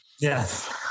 Yes